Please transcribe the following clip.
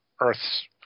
Earth's